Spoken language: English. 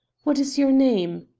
what is your name?